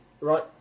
Right